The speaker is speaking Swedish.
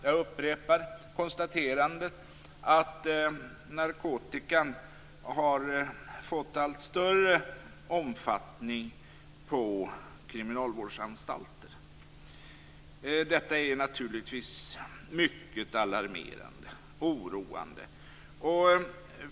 Jag konstaterar åter att bruket av narkotika har fått en allt större omfattning på kriminalvårdsanstalter. Detta är naturligtvis mycket alarmerande och oroande.